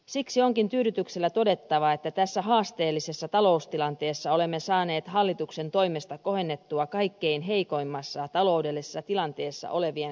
siksi onkin tyydytyksellä todettava että tässä haasteellisessa taloustilanteessa olemme saaneet hallituksen toimesta kohennettua kaikkein heikoimmassa taloudellisessa tilanteessa olevien kansalaistemme asemaa